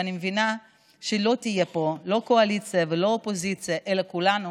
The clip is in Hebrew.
ואני מבינה שלא תהיה פה לא קואליציה ולא אופוזיציה אלא כולנו